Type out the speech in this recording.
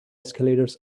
escalators